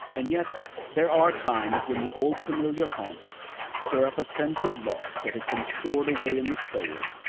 and yet there are times when the old familiar haunts stir up a sense of loss that has been stored away in the soul,